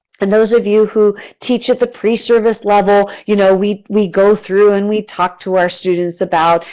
and those of you who teach at the pre-service level, you know, we we go through and we talk to our students about,